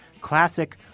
classic